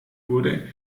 wurde